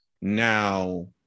now